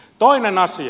toinen asia